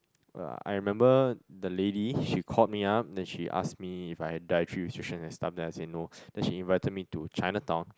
uh I remember the lady she called me up then she asks me if I have dietary restriction and stuff then I say no then she invited me to Chinatown